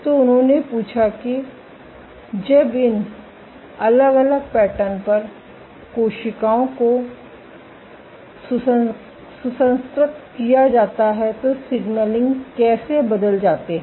तो उन्होंने पूछा कि जब इन अलग अलग पैटर्न पर कोशिकाओं को सुसंस्कृत किया जाता है तो सिग्नलिंग कैसे बदल जाते हैं